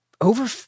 over